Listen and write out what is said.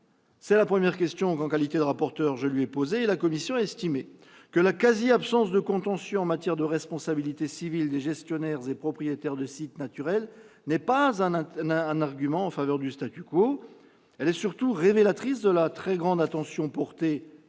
C'est la première question que j'ai posée en ma qualité de rapporteur. La commission a estimé que la quasi-absence de contentieux en matière de responsabilité civile des gestionnaires et propriétaires de sites naturels n'est pas un argument en faveur du. Elle est surtout révélatrice de la très grande attention portée, nous